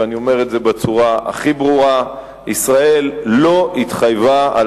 אני אומר את זה בצורה הכי ברורה: ישראל לא התחייבה על